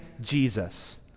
Jesus